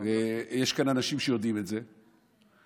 יש כאן אנשים שיודעים את זה,